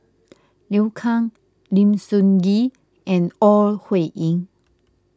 Liu Kang Lim Sun Gee and Ore Huiying